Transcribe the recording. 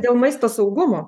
dėl maisto saugumo